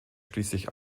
schließlich